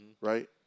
Right